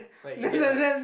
quite an idiot lah